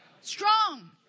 strong